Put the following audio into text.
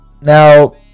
now